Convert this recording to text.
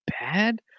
bad